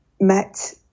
met